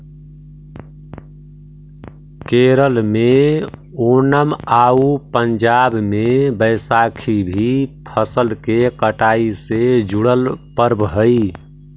केरल में ओनम आउ पंजाब में बैसाखी भी फसल के कटाई से जुड़ल पर्व हइ